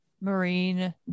marine